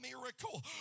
miracle